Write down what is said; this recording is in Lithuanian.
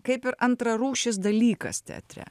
kaip ir antrarūšis dalykas teatre